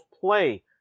play